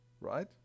right